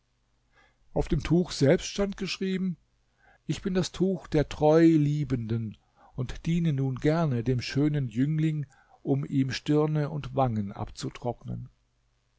auf dem tuch selbst stand geschrieben ich bin das tuch der treu liebenden und diene nun gerne dem schönen jüngling um ihm stirne und wangen abzutrocknen